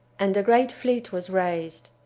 and a great fleet was raised.